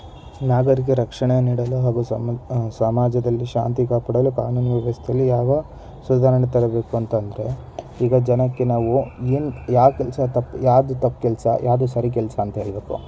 ನಾಗರೀಕ ರಕ್ಷಣೆ ನೀಡಲು ಹಾಗೂ ಸಮಂತ್ ಸಮಾಜದಲ್ಲಿ ಶಾಂತಿ ಕಾಪಾಡಲು ಕಾನೂನಿನ ವ್ಯವಸ್ಥೆಯಲ್ಲಿ ಯಾವ ಸುಧಾರಣೆ ತರಬೇಕು ಅಂತಂದ್ರೆ ಈಗ ಜನಕ್ಕೆ ನಾವು ಏನು ಯಾವ ಕೆಲಸ ತಪ್ಪು ಯಾವುದು ತಪ್ಪು ಕೆಲಸ ಯಾವುದು ಸರಿ ಕೆಲಸ ಅಂತ ಹೇಳಬೇಕು